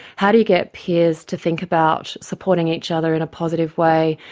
how do you get peers to think about supporting each other in a positive way,